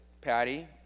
Patty